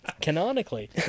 Canonically